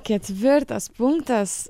ketvirtas punktas